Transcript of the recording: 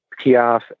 Piaf